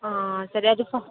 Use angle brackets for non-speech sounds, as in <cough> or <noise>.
ಹಾಂ ಸರಿ ಅದು <unintelligible>